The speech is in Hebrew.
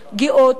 גאות,